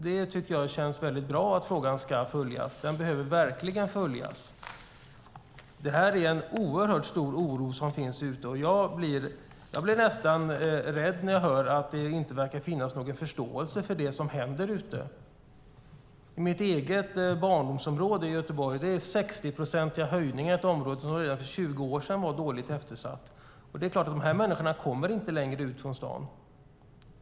Det känns bra att den ska följas. Den behöver verkligen följas. Det finns en oerhört stor oro, och jag blir nästan rädd när jag hör att det inte verkar finnas någon förståelse för det som händer. I mitt eget barndomsområde i Göteborg har det blivit 60-procentiga höjningar - detta i ett område som redan för 20 år sedan var eftersatt. Det är klart att de människor det handlar om inte längre kommer ut från stan.